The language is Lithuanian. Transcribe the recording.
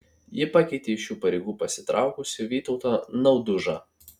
ji pakeitė iš šių pareigų pasitraukusi vytautą naudužą